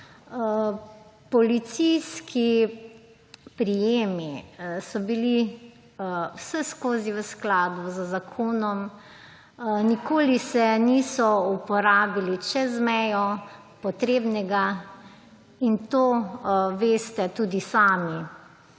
Policijski prijemi so bili vseskozi v skladu z zakonom. Nikoli se niso uporabili čez mejo potrebnega, in to veste tudi sami.